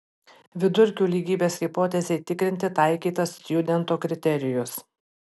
vidurkių lygybės hipotezei tikrinti taikytas stjudento kriterijus